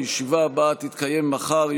הישיבה הבאה תתקיים מחר,